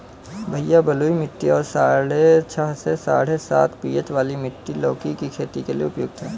भैया बलुई मिट्टी और साढ़े छह से साढ़े सात पी.एच वाली मिट्टी लौकी की खेती के लिए उपयुक्त है